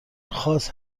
خاص